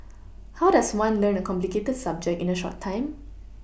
how does one learn a complicated subject in a short time